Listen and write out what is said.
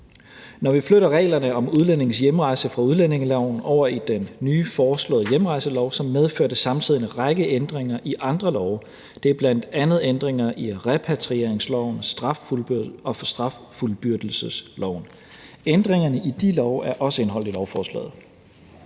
Når vi flytter reglerne om udlændinges hjemrejse fra udlændingeloven over i den nye foreslåede hjemrejselov, så medfører det samtidig en række ændringer i andre love. Det er bl.a. ændringer i repatrieringsloven og straffuldbyrdelsesloven. Ændringerne i de love er også indeholdt i lovforslaget.